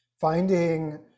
finding